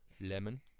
Lemon